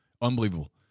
Unbelievable